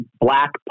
black